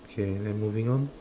K then moving on